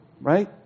Right